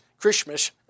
Christmas